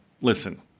listen